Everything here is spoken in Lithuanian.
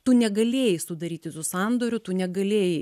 tu negalėjai sudaryti tų sandorių tu negalėjai